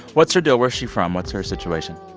what's her deal? where's she from? what's her situation?